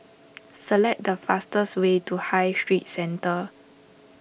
select the fastest way to High Street Centre